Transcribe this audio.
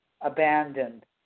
abandoned